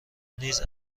نیز